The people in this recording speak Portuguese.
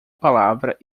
palavra